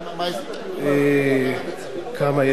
כמה יש?